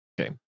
Okay